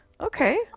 okay